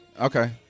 Okay